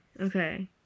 Okay